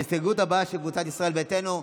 ההסתייגות הבאה, של קבוצת ישראל ביתנו,